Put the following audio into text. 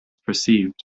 perceived